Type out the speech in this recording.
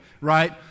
right